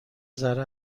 ذره